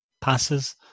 passes